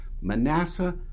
Manasseh